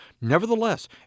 Nevertheless